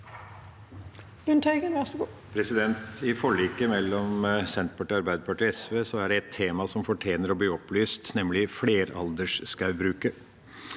I forliket mel- lom Senterpartiet, Arbeiderpartiet og SV er det et tema som fortjener å bli opplyst, nemlig fleralderskogbruket.